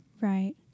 Right